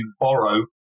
borrow